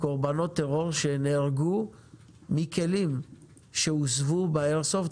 קורבנות טרור שנהרגו מכלים שהוסבו באיירסופט,